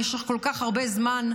במשך כל כך הרבה זמן,